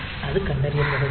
அது கண்டறியப்படும்